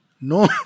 No